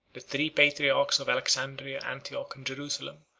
the three patriarchs of alexandria, antioch, and jerusalem,